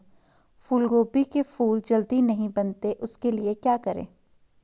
फूलगोभी के फूल जल्दी नहीं बनते उसके लिए क्या करें?